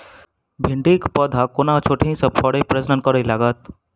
भिंडीक पौधा कोना छोटहि सँ फरय प्रजनन करै लागत?